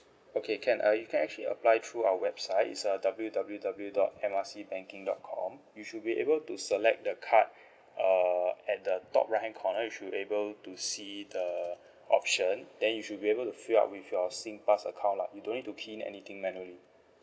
okay can uh you can actually apply through our website it's uh W W W dot M R C banking dot com you should be able to select the card uh at the top right hand corner you should able to see the option then you should be able to fill up with your singpass account lah you don't need to key in anything manually